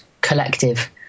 collective